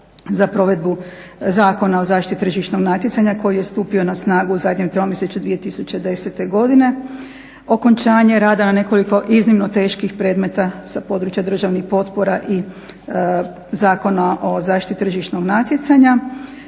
za provedbu Zakona o zaštiti tržišnog natjecanja koji je stupio na snagu u zadnjem tromjesečju 2010. godini. Okončanje rada na nekoliko iznimno teških predmeta sa područja državnih potpora i Zakona o zaštiti tržišnog natjecanja